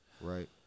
right